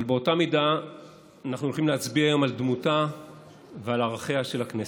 אבל באותה המידה אנחנו הולכים להצביע היום על דמותה ועל ערכיה של הכנסת.